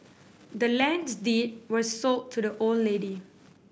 the land's deed was sold to the old lady